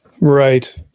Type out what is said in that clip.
Right